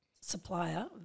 supplier